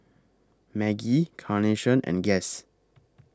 Maggi Carnation and Guess